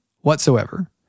whatsoever